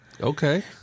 Okay